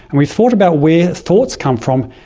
and we've thought about where thoughts come from,